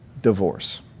divorce